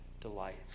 delights